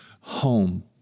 home